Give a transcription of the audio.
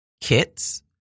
kits